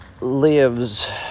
lives